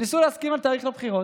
וניסו להסכים על תאריך לבחירות.